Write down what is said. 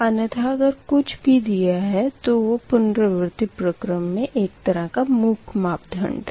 अन्यथा अगर कुछ भी दिया है तो वो पुनरावर्ती प्रक्रम मे एक तरह का मूक मापदंड है